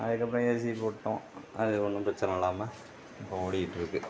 அதுக்கு அப்புறம் ஏசி போட்டோம் அது ஒன்றும் பிரச்சின இல்லாமல் இப்போ ஓடிகிட்ருக்குது